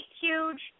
huge